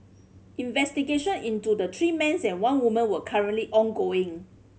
investigation into the three men's and one woman were currently ongoing